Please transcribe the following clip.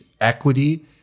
equity